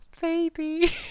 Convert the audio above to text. baby